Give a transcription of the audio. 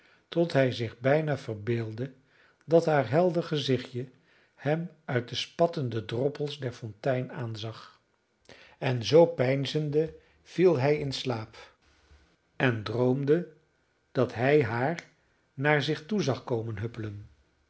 tot hij zich bijna verbeeldde dat haar helder gezichtje hem uit de spattende droppels der fontein aanzag en zoo peinzende viel hij in slaap en droomde dat hij haar naar zich toe zag komen huppelen